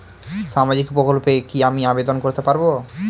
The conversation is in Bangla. সামাজিক প্রকল্পে কি আমি আবেদন করতে পারবো?